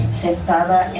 sentada